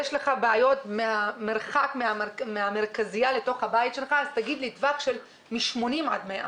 יש לך בעיות מהמרחק מהמרכזייה לבית שלך אז תגיד לי טווח של מ-80 עד 100,